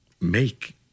make